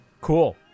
Cool